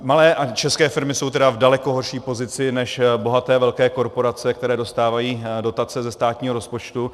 Malé české firmy jsou v daleko horší pozici než bohaté velké korporace, které dostávají dotace ze státního rozpočtu.